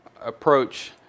approach